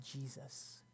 Jesus